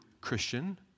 Christian